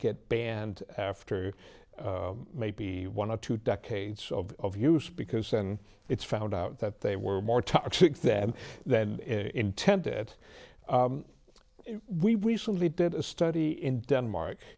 get banned after maybe one or two decades of use because then it's found out that they were more toxic than the intended we recently did a study in denmark